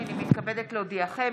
הינני מתכבדת להודיעכם,